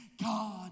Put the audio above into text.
God